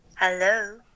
Hello